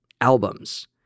albums